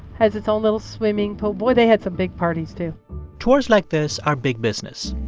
has its own little swimming pool. boy, they had some big parties, too tours like this are big business.